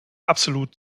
absolut